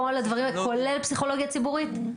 כל הדברים האלה כולל פסיכולוגיה ציבורית?